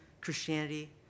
Christianity